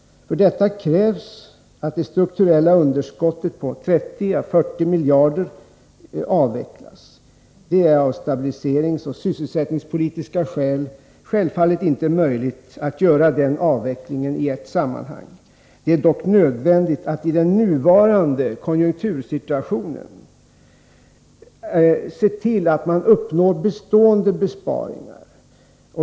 För detta krävs att det strukturella underskottet på 30 å 40 miljarder kronor avvecklas. Det är av stabiliseringsoch sysselsättningspolitiska skäl självfallet inte möjligt att göra den avvecklingen i ett sammanhang. Det är dock nödvändigt att i den nuvarande konjunktursituationen se till att man uppnår bestående besparingar.